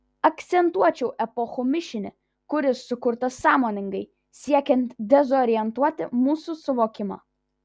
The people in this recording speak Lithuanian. akcentuočiau epochų mišinį kuris sukurtas sąmoningai siekiant dezorientuoti mūsų suvokimą